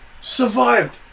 survived